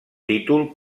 títol